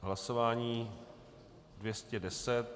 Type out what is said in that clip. Hlasování 210.